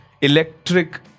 electric